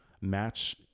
match